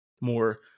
more